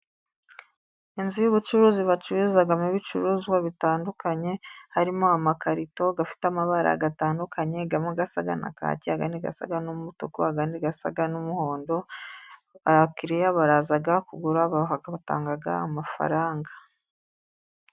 Inzu y’ubucuruzi bacururizamo ibicuruzwa bitandukanye, harimo amakarito afite amabara atandukanye; amwe asa na kaki, andi asa n’umutuku, andi asa n’umuhondo. Abakiriya baraza kugura, batanga amafaranga.